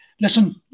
Listen